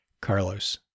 carlos